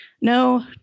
No